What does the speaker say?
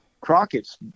Crockett's